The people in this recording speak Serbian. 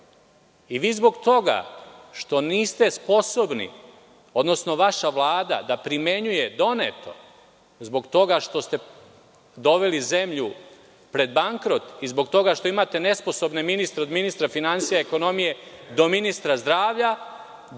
zbog toga što niste sposobni, odnosno vaša Vlada da primenjuje doneto, zbog toga što ste doveli zemlju pred bankrot i zbog toga što imate nesposobne ministre, od ministra finansija, ekonomije, do ministra zdravlja,